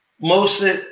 mostly